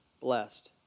blessed